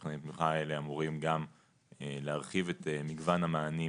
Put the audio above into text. מבחני התמיכה האלה אמורים גם להרחיב את מגוון המענים